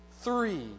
three